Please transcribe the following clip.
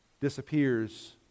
disappears